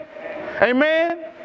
Amen